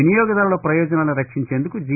వినియోగదారుల ప్రయోజనాలను రక్షించేందుకు జి